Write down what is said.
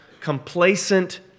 complacent